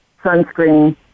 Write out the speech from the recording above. sunscreen